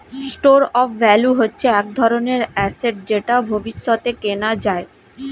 store of value হচ্ছে এক ধরনের অ্যাসেট যেটা ভবিষ্যতে কেনা যায়